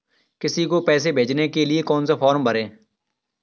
किसी को पैसे भेजने के लिए कौन सा फॉर्म भरें?